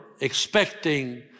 expecting